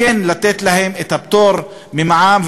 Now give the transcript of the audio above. יש לתת להם את הפטור ממע"מ.